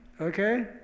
okay